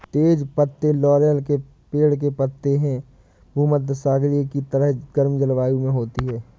तेज पत्ते लॉरेल के पेड़ के पत्ते हैं भूमध्यसागरीय की तरह गर्म जलवायु में होती है